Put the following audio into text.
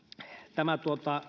tämä